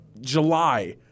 July